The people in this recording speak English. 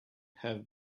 have